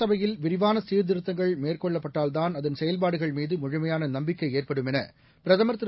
சபையில் விரிவான சீர்திருத்தங்கள் மேற்கொள்ளப்பட்டால் தான் அதன் செயல்பாடுகள் மீது முழுமையான நம்பிக்கை ஏற்படுமென பிரதமர் திரு